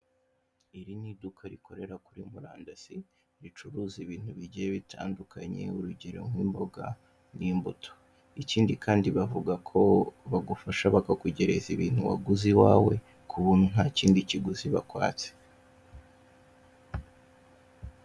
Iri ni iduka rikorera kuri murandasi ricuruza ibintu bigiye bitandukanye, urugero nk'imboga n'imbuto. Ikindi kandi bavuga ko bagufasha baka kugereza ibintu waguze i wawe ku buntu nta kindi kiguzi bakwatse.